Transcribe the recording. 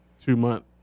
two-month